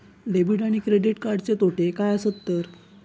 Debit आणि credit कार्डचे तोटे काय आसत तर?